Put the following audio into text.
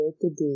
today